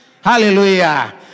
Hallelujah